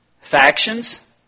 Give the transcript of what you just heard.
factions